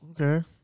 Okay